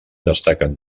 destaquen